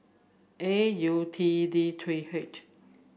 A U T D three H